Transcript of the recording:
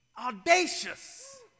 audacious